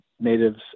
natives